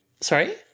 Sorry